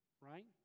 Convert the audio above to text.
right